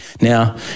Now